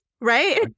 right